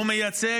הוא מייצג,